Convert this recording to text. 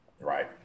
Right